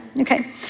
Okay